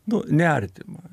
nu neartima